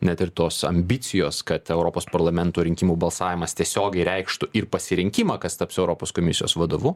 net ir tos ambicijos kad europos parlamento rinkimų balsavimas tiesiogiai reikštų ir pasirinkimą kas taps europos komisijos vadovu